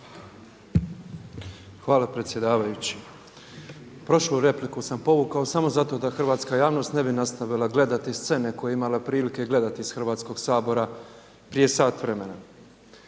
Hvala predsjedavajući. Prošlu repliku sam povukao sam zato da hrvatska javnost ne bi nastavila gledati scene koje je imala prilike gledati iz Hrvatskog sabora prije sat vremena.